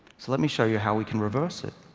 so let me show you how we can reverse it.